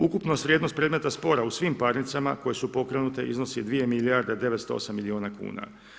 Ukupno se vrijednost predmeta spora u svim parnicama koje su pokrenute iznosi 2 milijarde 908 milijuna kuna.